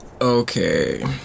okay